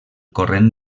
corrent